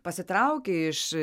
pasitrauki iš